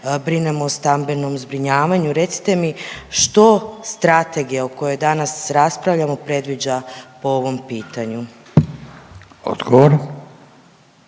brinemo o stambenom zbrinjavanju. Recite mi što strategija o kojoj danas raspravljamo predviđa po ovom pitanju. **Radin,